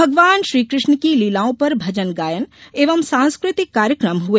भगवान श्रीकृष्ण की लीलाओं पर भजन गायन एवं सांस्कृतिक कार्यक्रम हुए